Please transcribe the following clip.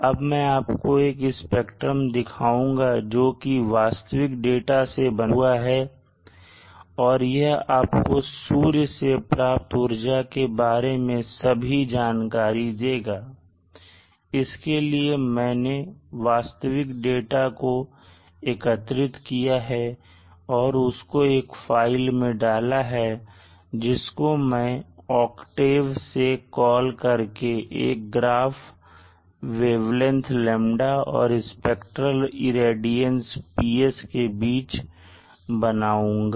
अब मैं आपको एक स्पेक्ट्रम दिखाऊंगा जोकि एक वास्तविक डाटा से बना है और यह आपको सूर्य से प्राप्त ऊर्जा के बारे में सभी जानकारी देगा इसके लिए मैंने वास्तविक डाटा को एकत्रित किया है और उसको एक फाइल में डाला है जिसको मैं ऑक्टेव से कॉल करके एक ग्राफ वेवलेंथ λ और स्पेक्ट्रेल रेडियंस PS के बीच का बनाऊंगा